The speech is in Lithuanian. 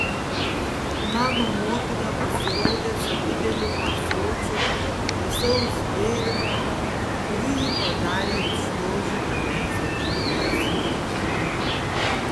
mano motina pasirodė su dideliu ąsočiu vėsaus gėrimo kurį ji padarė iš rožių vandens ir baziliko